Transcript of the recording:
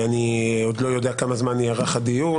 לא יודע עדיין כמה זמן ייארך הדיון